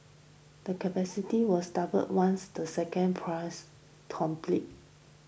the capacity wills double once the second phase complete